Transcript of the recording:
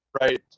right